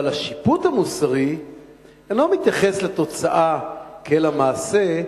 אבל השיפוט המוסרי אינו מתייחס לתוצאה כאל המעשה,